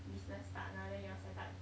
business partner then you all setup